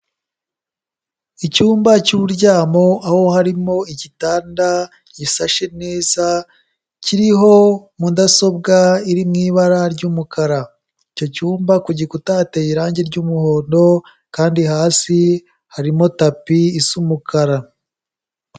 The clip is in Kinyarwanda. Icyumba cy'uburyamo aho harimo igitanda gisashe neza, kiriho mudasobwa iri mu ibara ry'umukara. Icyo cyumba ku gikuta hateye irangi ry'umuhondo, kandi hasi harimo tapi isa umukara.